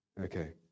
Okay